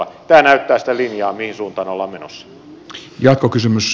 tämä näyttää sitä linjaa mihin suuntaan ollaan menossa